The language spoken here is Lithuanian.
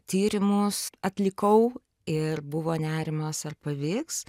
tyrimus atlikau ir buvo nerimas ar pavyks